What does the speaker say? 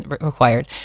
required